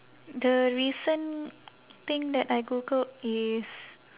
the recent thing that I googled is